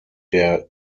der